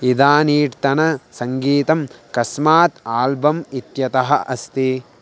इदानींतन सङ्गीतं कस्मात् आल्बम् इत्यतः अस्ति